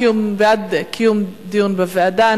זה בעד קיום דיון בוועדה.